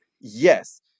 Yes